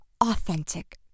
Authentic